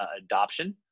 adoption